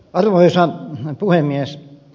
arvoisa puhemies